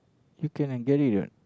you can and get it [what]